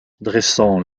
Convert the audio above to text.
dressant